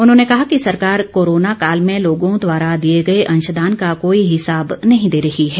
उन्होंने कहा कि सरकार कोरोना काल में लोगों द्वारा दिए गए अंशदान का कोई हिसाब नहीं दे रही है